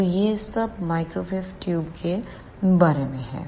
तो यह सब माइक्रोवेव ट्यूब के बारे में है